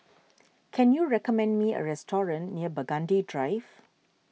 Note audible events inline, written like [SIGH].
[NOISE] can you recommend me a restaurant near Burgundy Drive